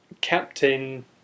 Captain